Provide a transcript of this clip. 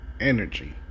energy